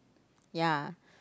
ya